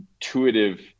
intuitive